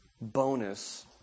bonus